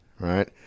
Right